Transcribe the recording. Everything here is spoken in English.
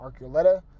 Arculeta